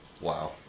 Wow